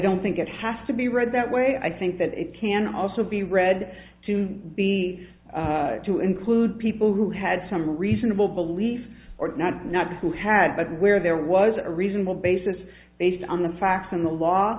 don't think it has to be read that way i think that it can also be read to be to include people who had some reasonable belief or not not who had but where there was a reasonable basis based on the facts in the law